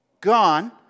Gone